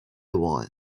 one